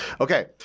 Okay